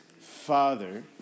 father